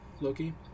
Loki